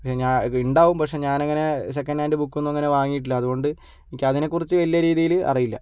ഞാ ഉണ്ടാകും പഷെ ഞാനങ്ങനെ സെക്കൻ്റ് ഹേൻ്റ് ബുക്കൊന്നും അങ്ങനെ വാങ്ങിയിട്ടില്ല അതുകൊണ്ട് എനിക്ക് അതിനെക്കുറിച്ച് വലിയ രീതിയിൽ അറിയില്ല